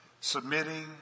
submitting